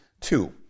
Two